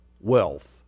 wealth